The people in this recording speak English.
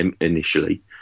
initially